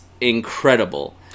incredible